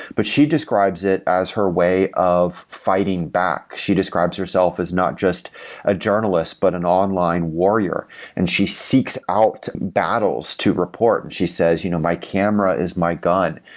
but she describes it as her way of fighting back. she describes herself as not just a journalist, but an online warrior and she seeks out battles to report and she says, you know my camera is my gun.